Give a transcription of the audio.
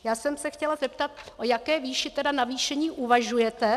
Já jsem se chtěla zeptat, o jaké výši navýšení uvažujete.